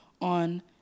on